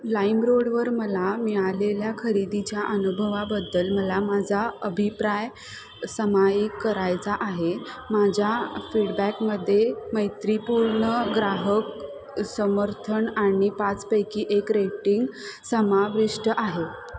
लाईमरोडवर मला मिळालेल्या खरेदीच्या अनुभवाबद्दल मला माझा अभिप्राय समायिक करायचा आहे माझ्या फीडबॅकमध्ये मैत्रीपूर्ण ग्राहक समर्थन आणि पाचपैकी एक रेटिंग समाविष्ट आहे